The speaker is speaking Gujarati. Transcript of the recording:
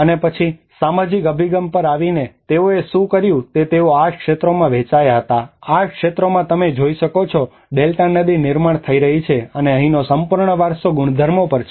અને પછી સામાજિક અભિગમ પર આવીને તેઓએ શું કર્યું તે તેઓ આઠ ક્ષેત્રોમાં વહેંચાયા હતા આઠ ક્ષેત્રોમાં તમે જોઈ શકો છો ડેલ્ટા નદી નિર્માણ થઈ રહી છે અને અહીંનો સંપૂર્ણ વારસો ગુણધર્મો પર છે